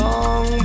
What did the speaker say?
Long